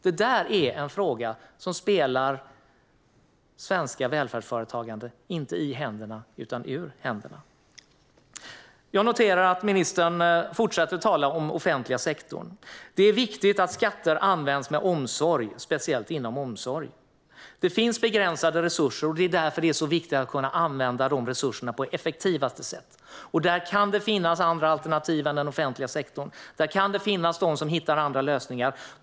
Det där är en fråga som spelar svenska företagare ur händerna och inte i händerna. Jag noterar att ministern fortsätter att tala om den offentliga sektorn. Det är viktigt att skatter används med omsorg, speciellt inom omsorg. Det finns begränsade resurser, och det är därför det är så viktigt att kunna använda de resurserna på effektivaste sätt. Där kan det finnas andra alternativ än den offentliga sektorn. Det kan finnas de som hittar andra lösningar.